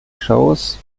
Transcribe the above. shows